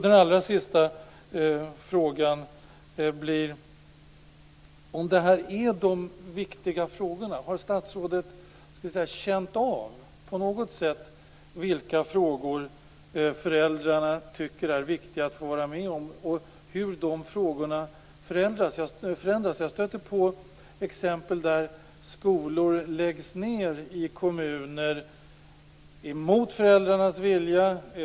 Den allra sista frågan blir: Om det här är de viktiga frågorna, har statsrådet på något sätt känt av vilka frågor föräldrarna tycker är viktiga att få vara med om och hur de frågorna förändrats? Jag stötte på exempel i kommuner där skolor läggs ned mot föräldrarnas vilja.